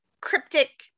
cryptic